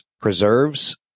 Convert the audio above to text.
preserves